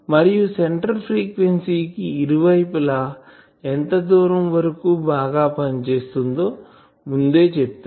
మరియు centre frequency కి ఇరువైపులా ఎంత దూరం వరకు బాగా పనిచేస్తుందో ముందే చెప్తారు